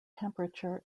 temperature